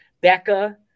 Becca